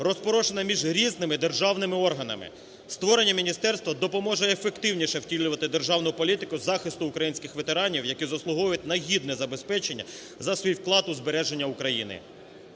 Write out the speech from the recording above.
розпорошена між різними державними органами. Створення міністерства допоможе ефективніше втілювати державну політику захисту українських ветеранів, які заслуговують на гідне забезпечення за свій вклад у збереження України.